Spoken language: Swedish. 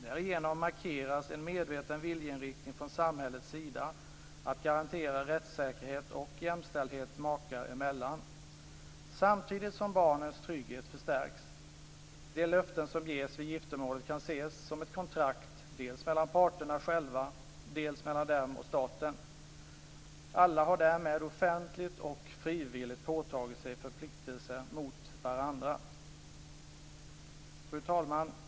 Därigenom markeras en medveten vilja från samhällets sida att garantera rättssäkerhet och jämställdhet makar emellan, samtidigt som barnens trygghet förstärks. De löften som ges vid giftermålet kan ses som ett "kontrakt" dels mellan parterna själva, dels mellan dem och staten. Alla har därmed offentligt och frivilligt påtagit sig förpliktelser mot varandra. Fru talman!